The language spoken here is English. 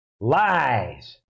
Lies